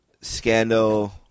scandal